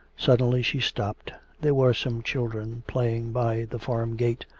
suddenly she stopped there were some children playing by the farm gate.